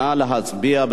נא להצביע.